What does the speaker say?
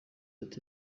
ati